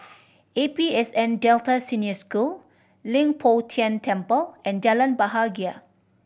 A P S N Delta Senior School Leng Poh Tian Temple and Jalan Bahagia